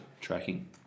Tracking